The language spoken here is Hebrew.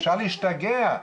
אפשר להשתגע.